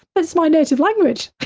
but it's my native language.